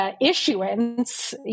Issuance